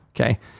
Okay